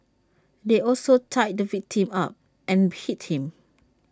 they also tied the victim up and hit him